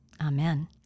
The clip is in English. Amen